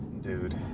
dude